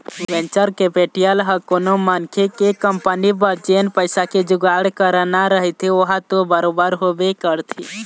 venture capital ह कोनो मनखे के कंपनी बर जेन पइसा के जुगाड़ कराना रहिथे ओहा तो बरोबर होबे करथे